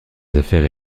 affaires